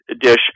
dish